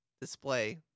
display